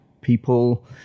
people